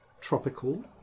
tropical